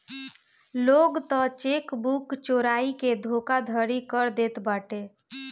लोग तअ चेकबुक चोराई के धोखाधड़ी कर देत बाटे